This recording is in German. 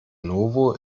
novo